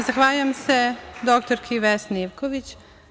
Zahvaljujem se dr Vesni Ivković.